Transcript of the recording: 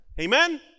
Amen